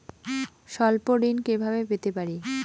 স্বল্প ঋণ কিভাবে পেতে পারি?